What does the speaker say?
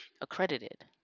accredited